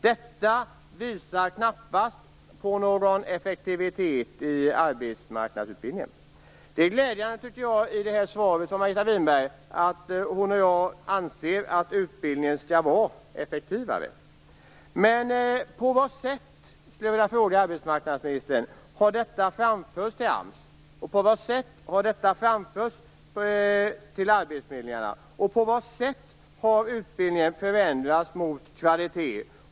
Detta visar knappast på någon effektivitet i arbetsmarknadsutbildningen. Det är glädjande att både Margareta Winberg och jag anser att utbildningen skall vara effektivare. Men jag skulle vilja fråga arbetsmarknadsministern på vilket sätt det har framförts till AMS. På vilket sätt har det framförts till arbetsförmedlingarna? På vilket sätt har utbildningen förändrats när det gäller kvaliteten?